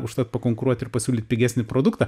užtat pakonkuruot ir pasiūlyt pigesnį produktą